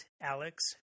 alex